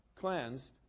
cleansed